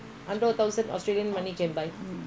I got a lot friends staying over there my friends